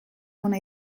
ona